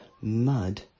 Mud